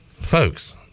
Folks